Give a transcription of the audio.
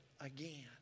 again